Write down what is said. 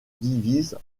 divise